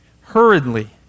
hurriedly